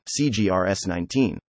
CGRS19